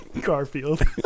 Garfield